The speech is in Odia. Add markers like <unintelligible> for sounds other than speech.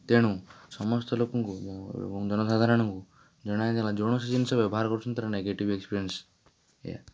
ତେଣୁ ସମସ୍ତ ଲୋକୁଙ୍କୁ ଜନସାଧାରଣଙ୍କୁ ଜଣାଇଦେବା <unintelligible> ବ୍ୟବହାର କରୁଛନ୍ତି ତା'ର ନେଗେଟିଭ୍ ଏକ୍ସପ୍ରିଏନସ୍ ଏଇଆ